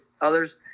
others